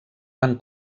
van